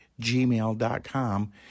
gmail.com